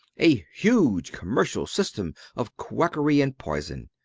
a huge commercial system of quackery and poison.